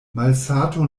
malsato